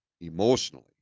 Emotionally